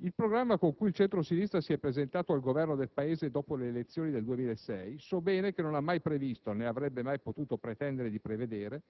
Il programma con cui il centro-sinistra si è presentato al Governo del Paese dopo le elezioni del 2006, so bene che non ha mai previsto - né avrebbe mai potuto pretendere di prevedere